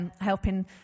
helping